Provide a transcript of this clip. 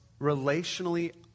relationally